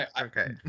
okay